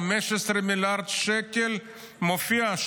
15 מיליארד שקל מופיע,